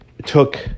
took